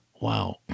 wow